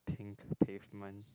thing to pavement